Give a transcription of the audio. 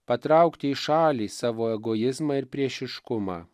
patraukti į šalį savo egoizmą ir priešiškumą